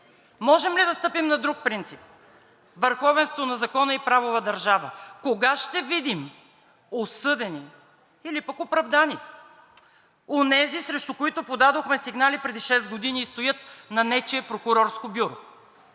Можем ли да стъпим на друг принцип – върховенство на закона и правова държава?! Кога ще видим осъдени или пък оправдани? Онези, срещу които подадохме сигнали преди шест години, стоят на нечие прокурорско бюро.